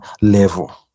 level